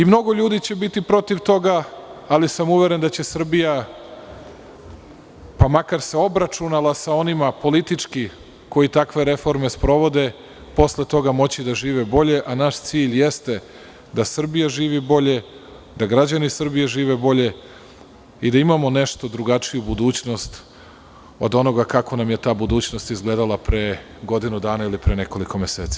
Mnogo ljudi će biti protiv toga, ali sam uveren da će Srbija, pa makar se obračunala sa onima politički koji takve reforme sprovode, posle toga moći da žive bolje, a naš cilj jeste da Srbija živi bolje, da građani Srbije žive bolje i da imamo nešto drugačiju budućnost od onoga kako nam je ta budućnost izgledala pre godinu dana ili pre nekoliko meseci.